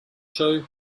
show